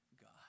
God